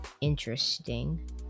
interesting